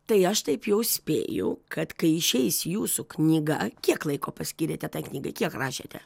tai aš taip jau spėjau kad kai išeis jūsų knyga kiek laiko paskyrėte tai knygai kiek rašėte